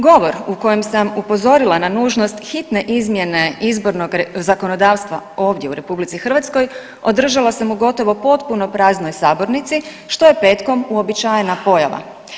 Govor u kojem sam upozorila na nužnost hitne izmjene izbornog zakonodavstva ovdje u RH održala sam u gotovo potpuno praznoj sabornici što je petkom uobičajena pojava.